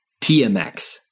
TMX